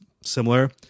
similar